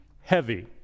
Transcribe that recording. heavy